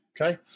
okay